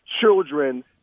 children